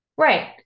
Right